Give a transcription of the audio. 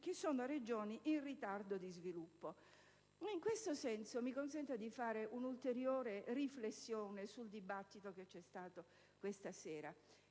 quelle regioni in ritardo di sviluppo. In questo senso, mi si consenta di fare un'ulteriore riflessione sul dibattito che si è svolto nel